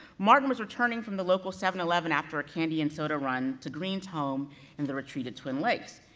martin was returning from the local seven eleven after a candy and soda run, to green's home in the retreat at twin lakes,